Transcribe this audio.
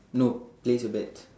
no place a bet